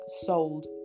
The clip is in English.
sold